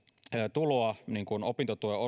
tuloa opintotukena